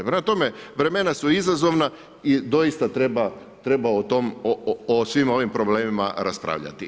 Prema tome, vremena su izazovna i doista treba o tom, o svim ovim problemima raspravljati.